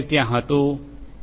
ત્યાં હતું એ